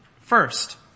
first